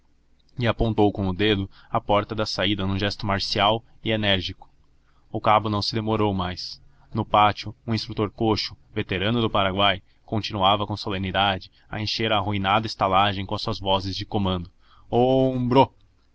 apontou com o dedo a porta da saída num gesto marcial e enérgico o cabo não se demorou mais no pátio o instrutor coxo veterano do paraguai continuava com solenidade a encher a arruinada estalagem com as suas vozes de comando